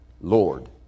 Lord